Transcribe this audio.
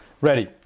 Ready